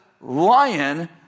lion